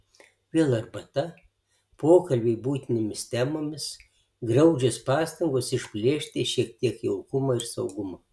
vėl arbata pokalbiai buitinėmis temomis graudžios pastangos išplėšti šiek tiek jaukumo ir saugumo